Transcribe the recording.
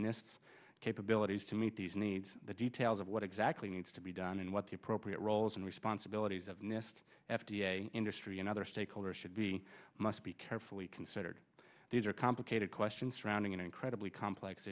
this capabilities to meet these needs the details of what exactly needs to be done and what the appropriate roles and responsibilities of nist f d a industry and other stakeholders should be must be carefully considered these are complicated questions surrounding an incredibly complex